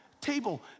table